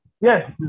Yes